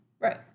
Right